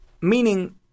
meaning